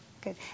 Good